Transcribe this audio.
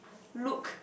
look